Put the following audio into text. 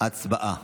הצבעה